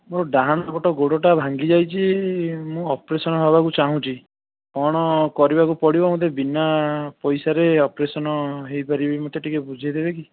ମୋର ଡାହାଣ ପଟ ଗୋଡ଼ଟା ଭାଙ୍ଗିଯାଇଛି ମୁଁ ଅପରେସନ୍ ହେବାକୁ ଚାହୁଁଛି କ'ଣ କରିବାକୁ ପଡ଼ିବ ମୋତେ ବିନା ପଇସାରେ ଅପରେସନ୍ ହୋଇପାରିବି ମୋତେ ଟିକିଏ ବୁଝେଇଦେବେ କି